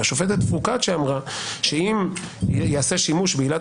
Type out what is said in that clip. והשופטת פרוקצ'יה אמרה שאם ייעשה שימוש בעילת